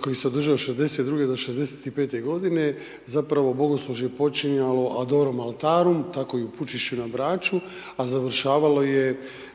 koji se '62. do '65. g., zapravo bogoslužje počinjalo …/Govornik govori latinski./… tako i u Pučišću na Braču a završavalo je